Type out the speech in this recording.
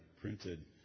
printed